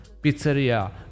pizzeria